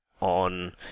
on